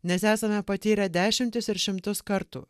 nes esame patyrę dešimtis ir šimtus kartų